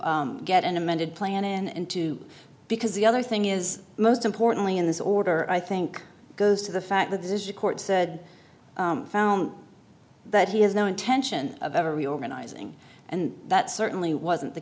to get an amended plan in and two because the other thing is most importantly in this order i think it goes to the fact that this is a court said found that he has no intention of ever reorganizing and that certainly wasn't the